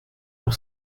pour